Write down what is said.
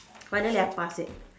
finally I pass it